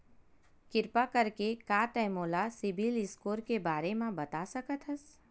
किरपा करके का तै मोला सीबिल स्कोर के बारे माँ बता सकथस?